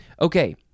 Okay